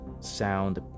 Sound